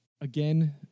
Again